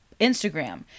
Instagram